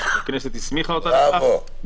והכנסת הסמיכה אותה לכך,